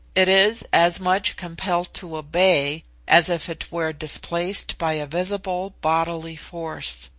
it is as much compelled to obey as if it were displaced by a visible bodily force.